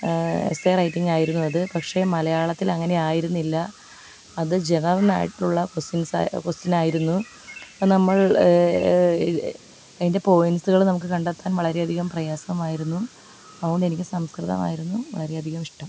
essay writing ആയിരുന്നു അത് പക്ഷേ മലയാളത്തിൽ അങ്ങനെ ആയിരുന്നില്ല അത് ജനറലായിട്ടുള്ള ക്വസ്റ്റിൻസ് ക്വസ്റ്റിനായിരുന്നു അപ്പോൾ നമ്മൾ അതിൻ്റെ പോയ്ന്റ്സ്കള് നമുക്ക് കണ്ടെത്താൻ വളരെയധികം പ്രയാസമായിരുന്നു അതുകൊണ്ട് എനിക്ക് സംസ്കൃതമായിരുന്നു വളരെയധികം ഇഷ്ട്ടം